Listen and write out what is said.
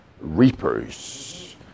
reapers